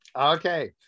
Okay